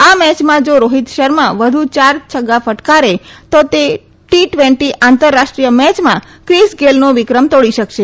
આ મેચમાં જા રોહીત શર્મા વધુ યાર છગ્યા ફટકારે તો તે ટી ટવેન્ટી આંતરરાષ્ટ્રીય મેયોમાં ક્રીસ ગેલનો વિક્રમ તોડી શકશે